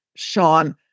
Sean